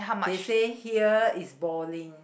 they say here is balding